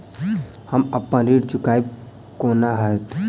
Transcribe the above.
हम अप्पन ऋण चुकाइब कोना हैतय?